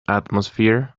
atmosphere